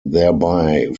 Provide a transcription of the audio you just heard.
thereby